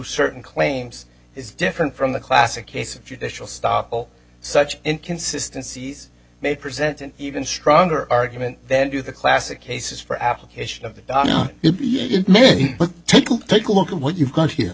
certain claims is different from the classic case of judicial stop such inconsistency may present an even stronger argument than do the classic cases for application of many but take a look at what you've got here